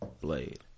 Blade